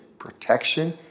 Protection